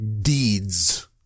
deeds